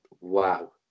Wow